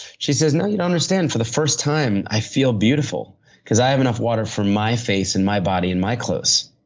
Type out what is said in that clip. she says, no, you don't understand, for the first time i feel beautiful because i have enough water for my face and my body and my clothes.